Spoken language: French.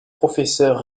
professeurs